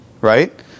right